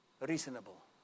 reasonable